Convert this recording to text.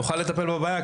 נוכל לטפל בבעיה,